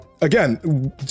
Again